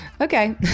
Okay